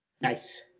Nice